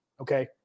okay